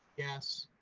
yes.